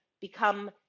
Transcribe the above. become